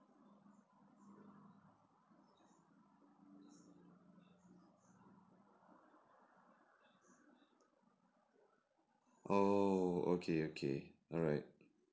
oh okay okay alright